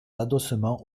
l’adossement